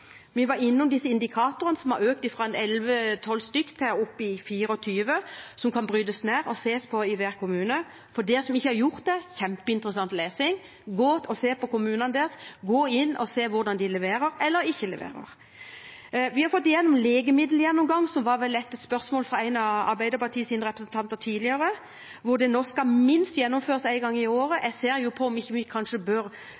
Vi var innom indikatorene som har økt fra 11–12 til opp i 24, som kan brytes ned og ses på i hver kommune. For de som ikke har gjort det, er det kjempeinteressant lesning. Gå inn og se på den enkelte kommune og se på hvordan de leverer – eller ikke leverer. Vi har fått igjennom legemiddelgjennomgang – som det var spørsmål om fra en av Arbeiderpartiets representanter tidligere – hvor det nå skal gjennomføres minst én gang i året. Jeg ser på om vi kanskje bør